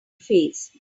face